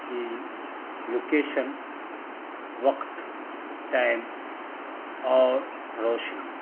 کہ لوکیشن وقت ٹائم اور روشنی